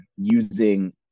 using